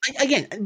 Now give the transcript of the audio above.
again